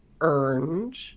earned